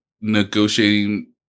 negotiating